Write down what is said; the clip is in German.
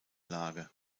lage